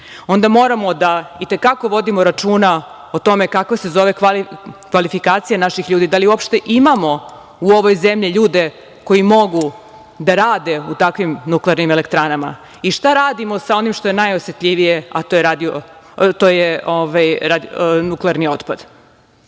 onda moramo da i te kako vodimo računa o tome kako se zove kvalifikacija naših ljudi, i da li uopšte imamo ljude koji mogu da rade u takvim nuklearnim elektranama i šta radimo sa onim što je najosetljivije , a to je nuklearni otpad. Dakle,